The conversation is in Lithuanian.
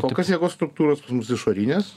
kol kas jėgos struktūros mums išorinės